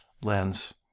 lens